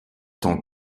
tant